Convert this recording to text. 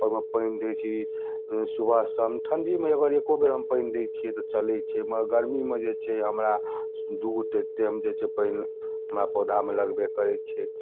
ओहिमे पानि दै छी सुबह शाम ठंढीमे एगो एको बेर हम पनि दै छियै तऽ चलै छै मगर गर्मीमे जे छै हमरा दू टेम जे छै पानि हमरा पौधामे लगबे करै छै